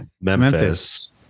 Memphis